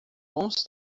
bons